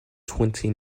twenty